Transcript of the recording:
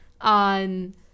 on